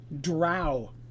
drow